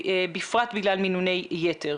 בפרט בגלל מינוני יתר.